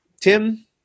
Tim